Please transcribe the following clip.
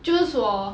就是说